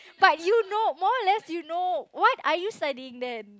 but you know more or less you know what are you studying then